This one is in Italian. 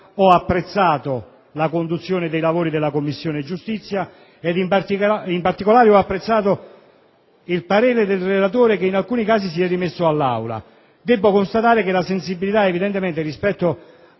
Ho apprezzato la conduzione dei lavori della Commissione giustizia e, in particolare, l'atteggiamento del relatore, che in alcuni casi si è rimesso all'Aula. Debbo constatare che la sensibilità evidentemente è stata